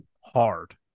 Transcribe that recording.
hard